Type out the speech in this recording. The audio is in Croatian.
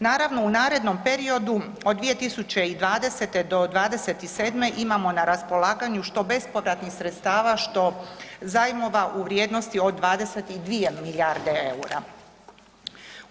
Naravno, u narednom periodu od 2020. do '27. imamo na raspolaganju što bespovratnih sredstava, što zajmova u vrijednosti od 22 milijarde EUR-a.